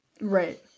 Right